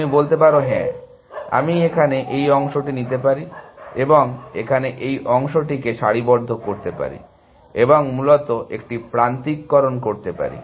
তুমি বলতে পারো হ্যাঁ আমি এখানে এই অংশটি নিতে পারি এবং এখানে এই অংশটিকে সারিবদ্ধ করতে পারি এবং মূলত একটি প্রান্তিককরণ করতে পারি